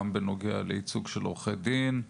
גם בנוגע לייצוג של עורכי דין,